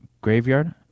graveyard